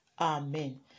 amen